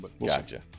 Gotcha